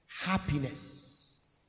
happiness